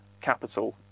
capital